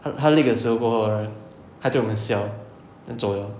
他他 lick 的时候 right 他对我们笑 then 走 liao